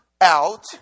out